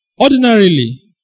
Ordinarily